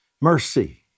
Mercy